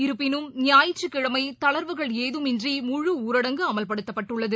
இருப்பினும் ஞாயிற்றுக் கிழமைதளர்வுகள் எதுவுமின்றி முழு ஊரடங்கு அமல்படுத்தப்பட்டுள்ளது